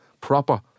proper